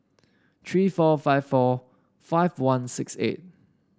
three four five four five one six eight